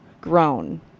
grown